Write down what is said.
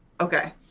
Okay